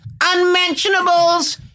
unmentionables